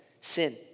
sin